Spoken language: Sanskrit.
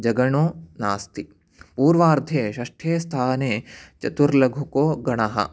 जगणो नास्ति पूर्वार्धे षष्ठे स्थाने चतुर्लघुको गणः